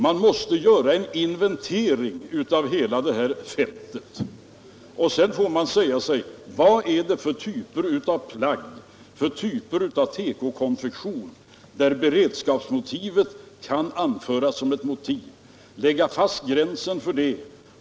Man måste göra en inventering av hela detta fält. Sedan får man fråga sig för vilka typer av konfektion som försörjningsberedskapen kan anföras såsom ett motiv och lägga fast gränsen härför.